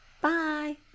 Bye